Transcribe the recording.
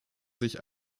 sich